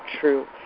true